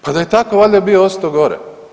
Pa da je tako, valjda bi ostao gore.